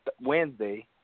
Wednesday